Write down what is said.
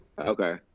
Okay